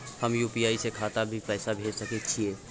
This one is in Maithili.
हम यु.पी.आई से खाता में भी पैसा भेज सके छियै?